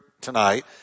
tonight